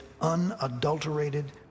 unadulterated